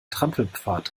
trampelpfad